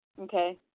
Okay